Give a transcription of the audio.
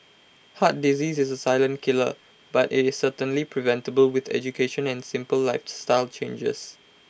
heart disease is A silent killer but IT is certainly preventable with education and simple lifestyle changes